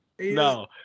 No